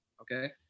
okay